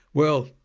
well,